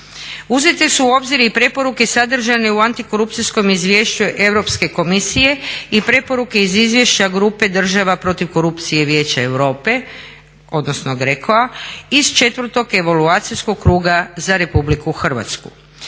Uzete su u obzir i preporuke sadržane u antikorupcijskom izvješću Europske komisije i preporuke iz izvješća grupe država protiv korupcije Vijeća Europe odnosno GRECO-a iz četvrtog evaluacijskog kruga za RH.